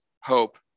hope